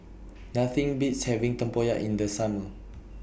Nothing Beats having Tempoyak in The Summer